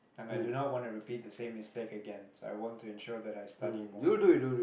and i do not want to repeat the same mistake again so I want to ensure that I study more